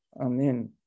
Amen